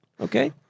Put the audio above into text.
Okay